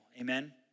amen